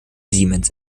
siemens